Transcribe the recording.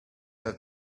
have